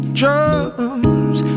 drums